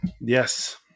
Yes